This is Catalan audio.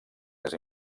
més